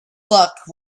luck